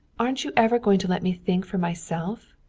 aren't you ever going to let me think for myself?